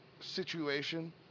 situation